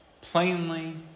plainly